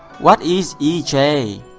what is e j?